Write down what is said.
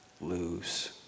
lose